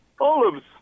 olives